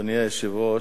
אדוני היושב-ראש,